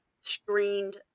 screened